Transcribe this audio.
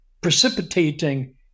precipitating